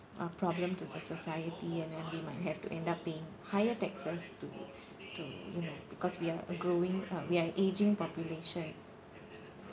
uh problem to the society and then we might have to end up paying higher taxes to to you know because we are a growing uh we are ageing population